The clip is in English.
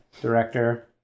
director